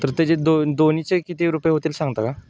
तर त्याचे दोन दोन्हीचे किती रुपये होतील सांगता का